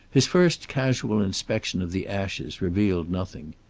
his first casual inspection of the ashes revealed nothing.